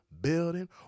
building